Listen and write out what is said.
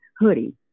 hoodie